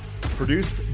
Produced